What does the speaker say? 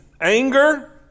anger